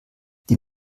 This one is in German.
die